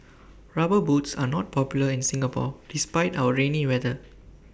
rubber boots are not popular in Singapore despite our rainy weather